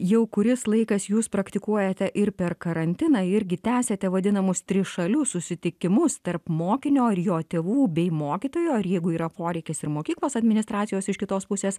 jau kuris laikas jūs praktikuojate ir per karantiną irgi tęsiate vadinamus trišalius susitikimus tarp mokinio ir jo tėvų bei mokytojo ar jeigu yra poreikis ir mokyklos administracijos iš kitos pusės